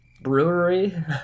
brewery